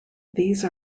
these